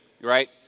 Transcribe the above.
right